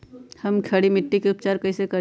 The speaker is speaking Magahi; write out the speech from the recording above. हम खड़ी मिट्टी के उपचार कईसे करी?